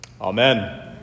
Amen